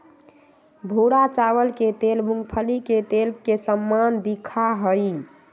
भूरा चावल के तेल मूंगफली के तेल के समान दिखा हई